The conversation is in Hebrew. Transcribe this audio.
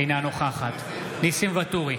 אינה נוכחת ניסים ואטורי,